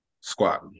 squat